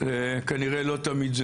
כנראה לא תמיד זה